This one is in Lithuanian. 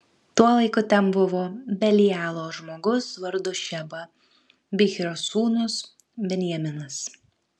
tuo laiku ten buvo belialo žmogus vardu šeba bichrio sūnus benjaminas